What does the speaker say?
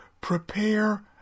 prepare